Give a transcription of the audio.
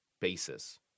basis